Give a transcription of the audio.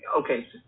okay